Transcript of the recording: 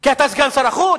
כי אתה סגן שר החוץ?